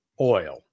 oil